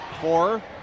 Four